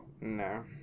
No